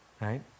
right